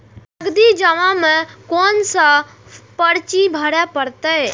नगदी जमा में कोन सा पर्ची भरे परतें?